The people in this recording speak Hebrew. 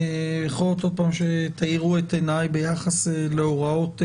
יכול להיות שעוד פעם תאירו את עיני ביחס להוראות בחוק.